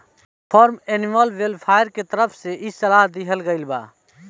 form animal welfare के तरफ से इ सलाह दीहल गईल बा